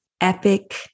Epic